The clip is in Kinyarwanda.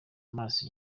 amaso